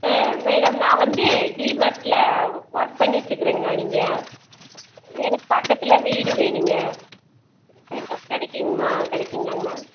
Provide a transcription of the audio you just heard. ஆ madam நான் வந்து D மார்ட்டில் ஒர்க் பண்ணிக்கிட்டு இருக்குறேங்க நான் இங்கே எனக்கு பக்கத்தில் வீடு வேணுங்க எங்கேயாவது கிடைக்குமா கிடைக்குங்கலாங்க மேம்